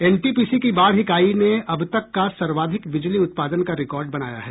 NTPC की बाढ़ इकाई ने अब तक का सर्वाधिक बिजली उत्पादन का रिकॉर्ड बनाया है